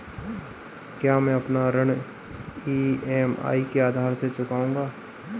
क्या मैं अपना ऋण ई.एम.आई के माध्यम से चुकाऊंगा?